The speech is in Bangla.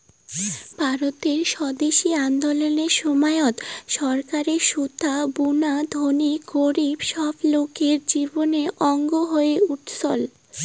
ভারতের স্বদেশি আন্দোলনের সময়ত চরকারে সুতা বুনা ধনী গরীব সব লোকের জীবনের অঙ্গ হয়ে উঠছল